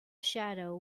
shadow